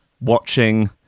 watching